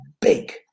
big